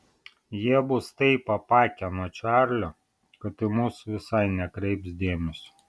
jie bus taip apakę nuo čarlio kad į mus visai nekreips dėmesio